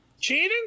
Cheating